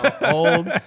Old